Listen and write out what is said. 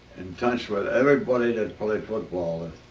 in touch with everybody that played football and